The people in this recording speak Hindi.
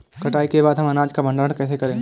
कटाई के बाद हम अनाज का भंडारण कैसे करें?